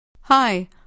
Hi